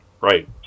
Right